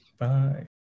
Bye